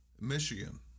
Michigan